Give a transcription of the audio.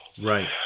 Right